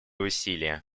усилия